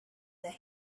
that